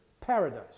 paradise